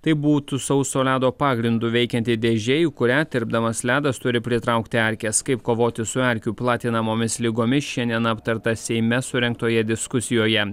tai būtų sauso ledo pagrindu veikianti dėžė kurią tirpdamas ledas turi pritraukti erkes kaip kovoti su erkių platinamomis ligomis šiandien aptarta seime surengtoje diskusijoje